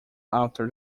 after